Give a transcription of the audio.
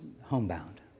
homebound